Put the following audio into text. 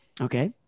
Okay